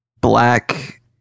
black